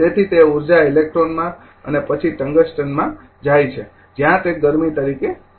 તેથી તે ઉર્જા ઇલેક્ટ્રોનમાં અને પછી ટંગસ્ટનમાં જાય છે જ્યાં તે ગરમી તરીકે દેખાય છે